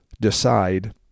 decide